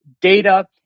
data